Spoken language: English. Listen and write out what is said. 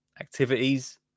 Activities